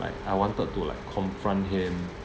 like I wanted to like confront him